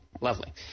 Lovely